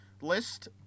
list